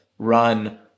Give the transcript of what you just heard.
run